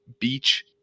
Beach